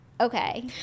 Okay